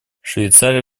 швейцария